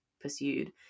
pursued